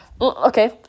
Okay